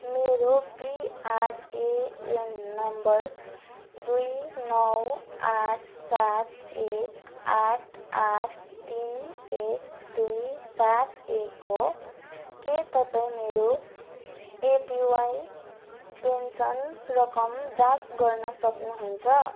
मेरो PRAN number दुई नौ आठ सात एक आठ आठ तिन एक दुई सात एक हो के तपाईँ मेरो एपिवाई पेन्सन रकम जाँच गर्न सक्नुहुन्छ